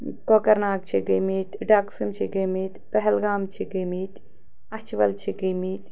کۄکَر ناگ چھِ گٔمِتۍ ڈٮ۪کسُم چھِ گٔمِتۍ پہلگام چھِ گٔمِتۍ اَچھہٕ وَل چھِ گٔمِتۍ